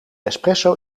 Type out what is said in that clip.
espresso